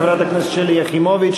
חברת הכנסת שלי יחימוביץ,